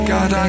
God